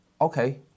okay